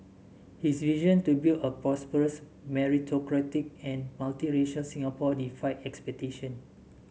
his vision to build a prosperous meritocratic and multi nation Singapore defied expectation